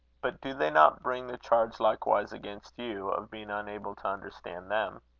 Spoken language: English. but do they not bring the charges likewise against you, of being unable to understand them?